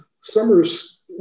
Summers